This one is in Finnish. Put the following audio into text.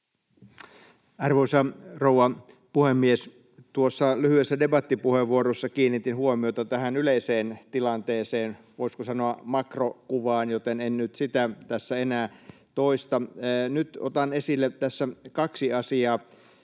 Arvoisa rouva puhemies! Tuossa lyhyessä debattipuheenvuorossani kiinnitin huomiota tähän yleiseen tilanteeseen, voisiko sanoa makrokuvaan, joten en nyt sitä tässä enää toista. Nyt otan esille kaksi asiaa: